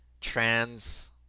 trans